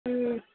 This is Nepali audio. ए